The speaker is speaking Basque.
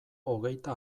hogeita